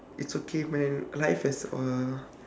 it's okay man life has a